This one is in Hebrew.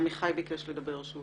עמיחי ביקש לדבר.